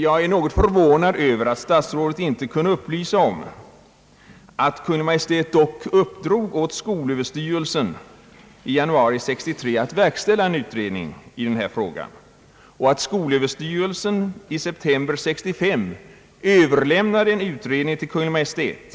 Jag är något förvånad över att statsrådet inte upplyste om att Kungl. Maj:t i januari 1963 uppdrog åt skolöverstyrelsen att verkställa en utredning i frågan och att skolöverstyrelsen i september 1965 överlämnade resultatet av sin utredning till Kungl. Maj:t.